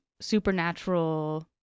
supernatural